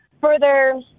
further